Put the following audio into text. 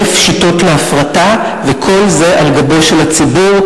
אלף שיטות להפרטה, וכל זה על גבו של הציבור.